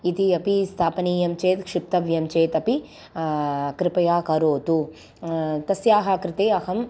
इति अपि स्थापनीयं चेत् क्षेप्तव्यं चेत् अपि कृपया करोतु तस्य कृते अहं